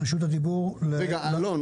ליושב ראש